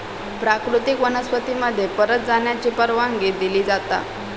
प्राकृतिक वनस्पती मध्ये परत जाण्याची परवानगी दिली जाता